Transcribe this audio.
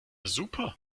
super